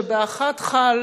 שבאחת חל